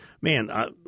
Man